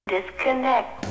Disconnect